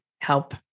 help